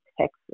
Texas